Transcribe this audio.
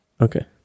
okay